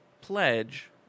pledge